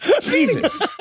Jesus